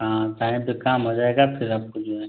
हाँ टाइम पर काम हो जाएगा फिर आपको जो है